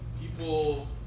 people